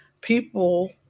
People